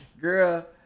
girl